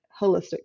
holistic